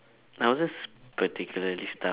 I was just particularly stuck